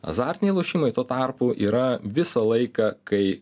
azartiniai lošimai tuo tarpu yra visą laiką kai